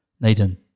Nathan